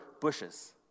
bushes